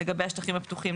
לגבי השטחים הפתוחים,